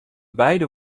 beide